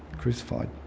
crucified